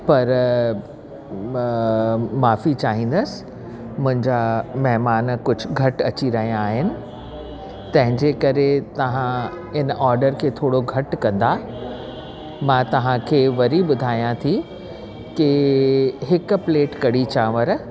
पर म माफ़ी चाहींदसि मुंहिंजा महिमान कुझु घटि अची रहिया आहिनि तंहिंजे करे तव्हां इन ऑडर खे थोड़ो घटि कंदा मां तव्हांखे वरी ॿुधायां थी की हिकु प्लेट कढ़ी चांवर